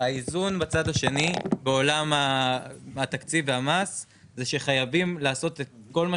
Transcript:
האיזון בצד השני בעולם התקציב והמס זה שחייבים לעשות את כל מה